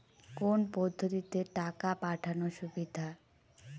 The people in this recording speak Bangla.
কোন পদ্ধতিতে টাকা পাঠানো সুবিধা?